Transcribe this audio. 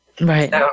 Right